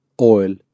oil